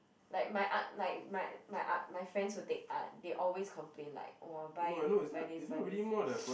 like my art like my my art my friends who take art they always complain like !wah! buy buy this buy this